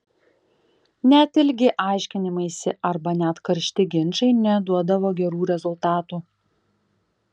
net ilgi aiškinimaisi arba net karšti ginčai neduodavo gerų rezultatų